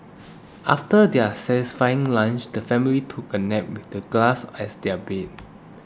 after their satisfying lunch the family took a nap with the grass as their bed